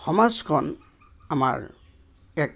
সমাজখন আমাৰ এক